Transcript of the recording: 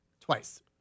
twice